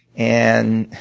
and